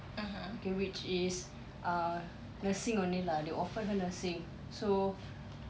okay which is nursing only lah they offered her nursing so